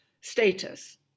status